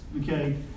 okay